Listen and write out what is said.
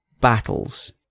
battles